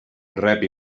rep